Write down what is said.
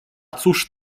cóż